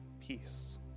peace